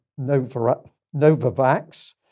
Novavax